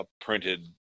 printed –